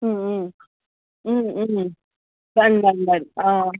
done done done